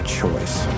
choice